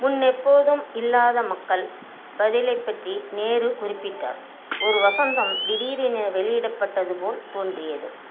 முன்னெப்போதும் இல்லாத மக்கள் பதிலைப் பற்றி நேரு குறிப்பிட்டார் ஒரு வசந்தம் திடீரென வெளியிடப்பட்டது போல் தோன்றியது